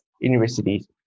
universities